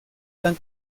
tan